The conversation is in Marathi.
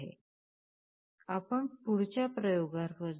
आपण पुढच्या प्रयोगावर जाऊ